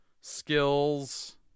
skills